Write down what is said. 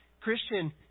Christian